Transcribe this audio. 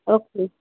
okay